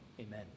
Amen